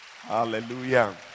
Hallelujah